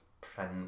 print